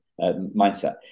mindset